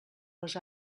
les